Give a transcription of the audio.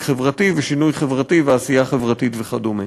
חברתי ושינוי חברתי ועשייה חברתית וכדומה.